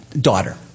daughter